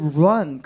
run